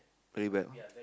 very well